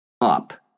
up